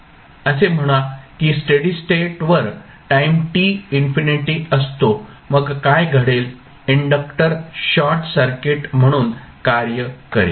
असे म्हणा की स्टेडी स्टेटवर टाईम t इन्फिनिटी असतो मग काय घडेल इंडक्टर शॉर्ट सर्किट म्हणून कार्य करेल